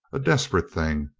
a desperate thing,